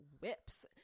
whips